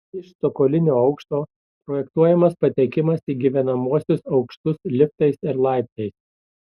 iš cokolinio aukšto projektuojamas patekimas į gyvenamuosius aukštus liftais ir laiptais